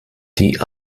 die